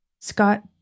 Scott